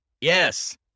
yes